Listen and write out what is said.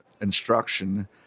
instruction